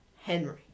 Henry